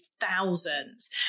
thousands